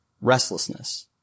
restlessness